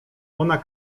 ona